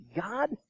God